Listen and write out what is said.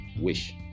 wish